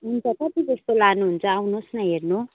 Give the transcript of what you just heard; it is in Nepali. हुन्छ कति जस्तो लानुहुन्छ आउनुहोस् न हेर्नु